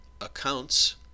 accounts